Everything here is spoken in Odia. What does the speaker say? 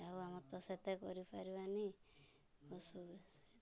ଆଉ ଆମର ତ ସେତେ କରିପାରିବାନି ଅସୁବିଧା ସୁବିଧା